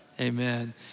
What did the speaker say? Amen